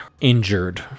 injured